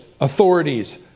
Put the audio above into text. authorities